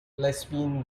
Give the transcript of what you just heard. lesbian